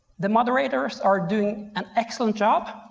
the moderators are doing an excellent job.